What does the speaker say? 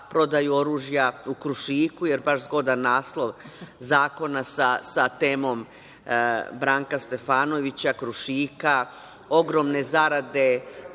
prodaju oružja u „Krušiku“, jer baš zgodan naslov zakona sa temom Branka Stefanovića „Krušika“, ogromne zarade